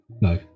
No